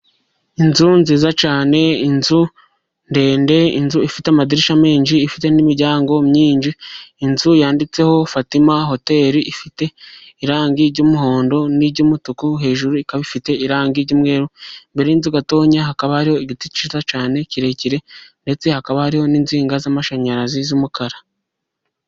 Inzu nziza cyane inzu ndende, inzu ifite amadirishya menshi ifite n'imiryango myinshi. Inzu yanditseho fatima hoteli ifite irangi ry'umuhondo n'umutuku, hejuru ikaba ifite ry'umweru. Imbere y'inzu gatotonya hakaba hari igiti cyiza cyane kirekire, ndetse hakaba hariho n'inzinga z'amashanyarazi z'umukara.